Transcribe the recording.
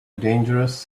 dangerous